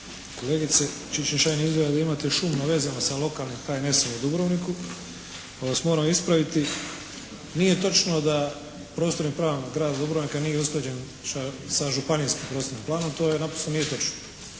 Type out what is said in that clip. Kolegice Čičin-Šain! Izgleda da vi imate šum na vezama sa lokalnim HNS-om u Dubrovniku pa vas moram ispraviti. Nije točno da prostorni plan grada Dubrovnika nije usklađen sa županijskim prostornim planom. To naprosto nije točno.